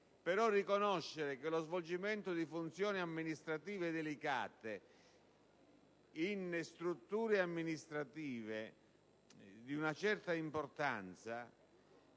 però riconoscere che lo svolgimento di funzioni amministrative delicate in strutture amministrative di una certa importanza